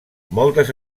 moltes